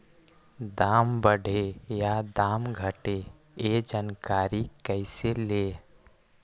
दाम बढ़े या दाम घटे ए जानकारी कैसे ले?